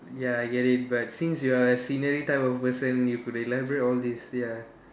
ya I get it but since you're a scenery type of person you could elaborate all this ya